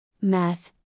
meth